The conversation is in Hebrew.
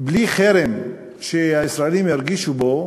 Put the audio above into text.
בלי חרם שהישראלים ירגישו בו